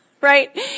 right